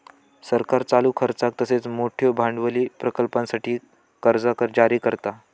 सरकार चालू खर्चाक तसेच मोठयो भांडवली प्रकल्पांसाठी कर्जा जारी करता